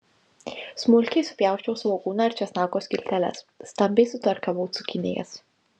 smulkiai supjausčiau svogūną ir česnako skilteles stambiai sutarkavau cukinijas